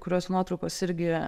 kurios nuotraukos irgi